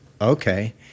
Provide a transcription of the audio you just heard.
Okay